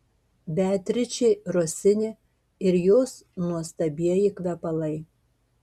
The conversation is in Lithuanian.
beatričė rosini ir jos nuostabieji kvepalai